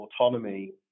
autonomy